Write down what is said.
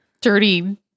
dirty